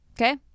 Okay